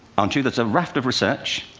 aren't you? there's a raft of research,